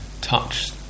touch